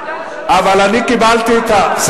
אבל אני מוסמך בוועדה לשנות סדר-יום.